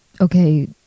Okay